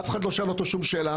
אף אחד לא שואל אותו שום שאלה.